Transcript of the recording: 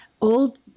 old